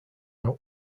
out